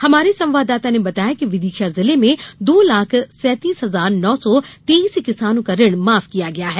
हमारे संवाददाता ने बताया कि विदिशा जिले में दो लाख सैंतीस हजार नो सौ तेईस किसानों का ऋण माफ किया गया है